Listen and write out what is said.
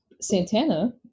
Santana